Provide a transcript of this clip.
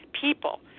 people